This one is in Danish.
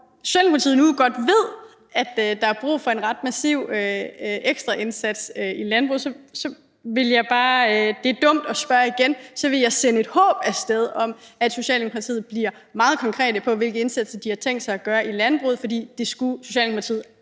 Når Socialdemokratiet nu godt ved, at der er brug for en ret massiv ekstraindsats i landbruget, vil jeg, da det er dumt at spørge igen, sende et håb af sted om, at Socialdemokratiet bliver meget konkrete, med hensyn til hvilke indsatser de har tænkt sig at lave i landbruget. For det skulle Socialdemokratiet